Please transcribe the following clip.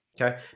okay